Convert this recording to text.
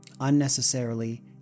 unnecessarily